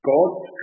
God's